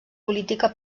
política